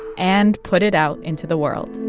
and put it out into the world